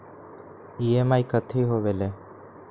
EMI कथी होवेले?